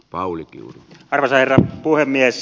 arvoisa herra puhemies